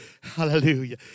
Hallelujah